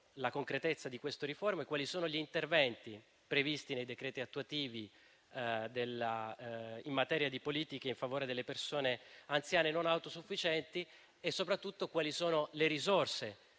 la concretezza di queste riforme quali interventi sono previsti nei decreti attuativi in materia di politiche in favore delle persone anziane non autosufficienti e, soprattutto, quali risorse